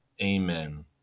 Amen